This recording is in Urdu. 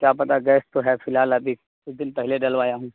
کیا پتہ گیس تو ہے فی الحال ابھی کچھ دن پہلے ڈلوایا ہوں